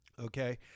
Okay